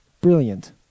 Brilliant